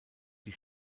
die